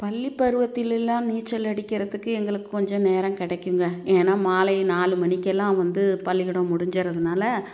பள்ளி பருவத்தில் எல்லாம் நீச்சல் அடிக்கிறதுக்கு எங்களுக்கு கொஞ்சம் நேரம் கிடைக்குங்க ஏன்னால் மாலை நாலு மணிக்கெல்லாம் வந்து பள்ளிக்கூடம் முடிஞ்சறதுனால